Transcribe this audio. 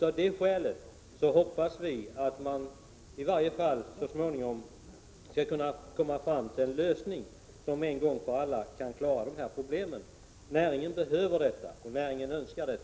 Av det skälet hoppas vi att det skall vara möjligt att i varje fall så småningom komma fram till en lösning som en gång för alla klarar dessa problem. Näringen behöver och önskar det.